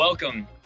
Welcome